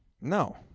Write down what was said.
No